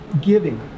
giving